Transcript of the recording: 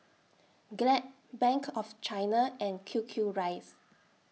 Glad Bank of China and Q Q Rice